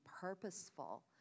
purposeful